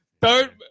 Third